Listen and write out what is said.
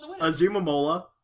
Azumamola